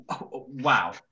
wow